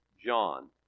John